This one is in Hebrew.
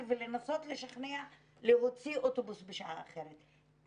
ולנסות לשכנע להוציא אוטובוס בשעה אחרת.